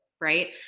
Right